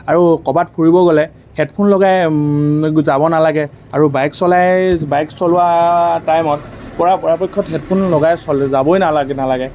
আৰু ক'বাত ফুৰিব গ'লে হেডফোন লগাই যাব নালাগে আৰু বাইক চলাই বাইক চলোৱা টাইমত পৰা পৰাপক্ষত হেডফোন লগাই যাবই নালাগে নালাগে